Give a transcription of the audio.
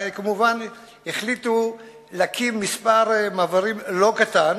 החליטו להקים מספר מעברים לא קטן,